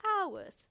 hours